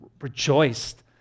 rejoiced